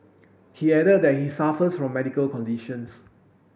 he added that he suffers from medical conditions